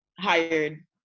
hired